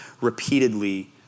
repeatedly